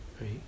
right